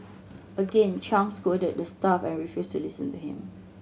again Chang scolded the staff and refused to listen to him